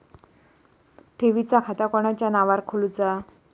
ठेवीचा खाता कोणाच्या नावार खोलूचा?